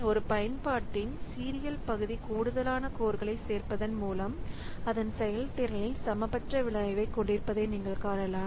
ஒரு பயன்பாட்டின் சீரியல் பகுதி கூடுதலான கோர்களை சேர்ப்பதன் மூலம் அதன் செயல்திறனில் சமமற்ற விளைவைக் கொண்டிருப்பதை நீங்கள் காணலாம்